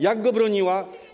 Jak go broniła?